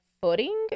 footing